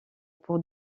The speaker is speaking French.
pour